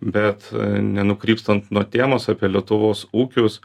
bet nenukrypstant nuo temos apie lietuvos ūkius